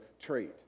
trait